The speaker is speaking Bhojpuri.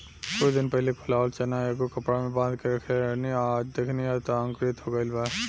कुछ दिन पहिले फुलावल चना एगो कपड़ा में बांध के रखले रहनी आ आज देखनी त अंकुरित हो गइल बा